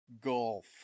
golf